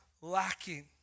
lacking